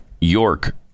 York